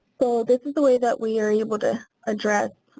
so this is the way that we are able to address